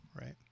right